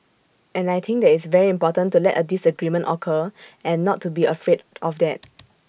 and I think that it's very important to let A disagreement occur and not to be afraid of that